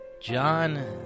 John